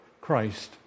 Christ